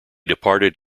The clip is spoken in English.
departed